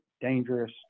dangerous